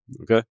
Okay